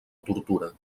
tortura